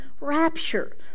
rapture